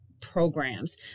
programs